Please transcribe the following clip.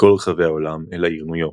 מכל רחבי העולם אל העיר ניו יורק.